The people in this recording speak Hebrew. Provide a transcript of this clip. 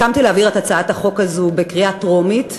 הצעת החוק הזאת בקריאה טרומית ולהמתין.